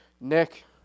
nick